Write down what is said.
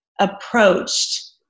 approached